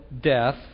death